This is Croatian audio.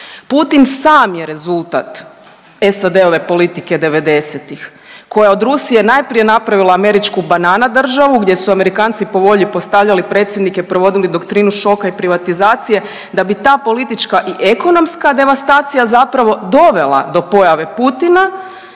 Putin sam je rezultat SAS-ove politike '90-ih koja je od Rusije najprije napravila američku banana državu gdje su Amerikanci po volji postavljali predsjednike, provodili doktrinu šoka i privatizacije da bi ta politička i ekonomska devastacija zapravo dovela do pojave Putina,